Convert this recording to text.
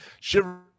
shiver